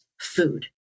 Food